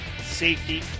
safety